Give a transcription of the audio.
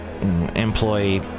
employee